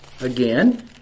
again